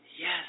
Yes